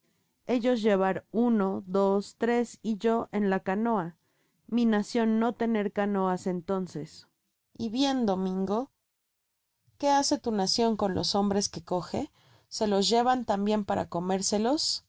ellos llevar uno dos tres y yo en la canoa mi nacion no tener canoas entonces y bien domingo que hace tu nacion con los hombres que coge se los llevan tambien para comérselos